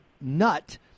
nut